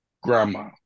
grandma